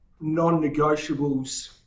Non-negotiables